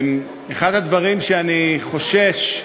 אחד הדברים שאני חושש מהם,